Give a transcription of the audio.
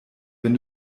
wenn